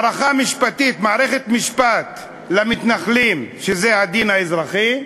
מערכת משפט למתנחלים, שזה הדין האזרחי,